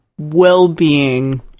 well-being